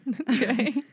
Okay